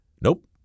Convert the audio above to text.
nope